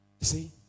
See